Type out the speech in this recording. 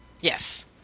Yes